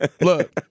Look